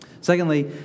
Secondly